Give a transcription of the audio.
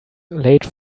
late